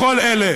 לכל אלה,